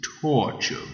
Torture